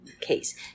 case